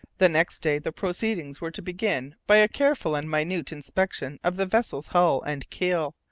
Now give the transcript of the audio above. the next day the proceedings were to begin by a careful and minute inspection of the vessel's hull and keel,